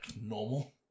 normal